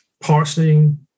parsing